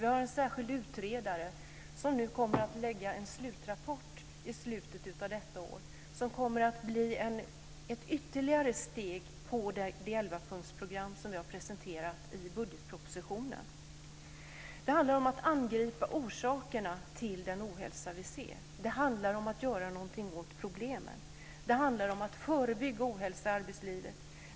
Vi har en särskild utredare som nu kommer att lägga fram en slutrapport i slutet av detta år som kommer att bli ytterligare ett steg på det elvapunktsprogram som vi har presenterat i budgetpropositionen. Det handlar om att angripa orsakerna till den ohälsa vi ser. Det handlar om att göra någonting åt problemen. Det handlar om att förebygga ohälsa i arbetslivet.